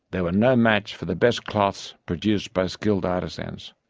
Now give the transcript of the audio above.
they were no match for the best cloths produced by skilled artisans.